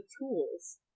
tools